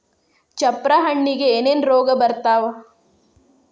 ಚಪ್ರ ಹಣ್ಣಿಗೆ ಏನೇನ್ ರೋಗ ಬರ್ತಾವ?